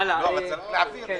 עכשיו,